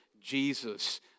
Jesus